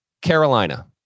Carolina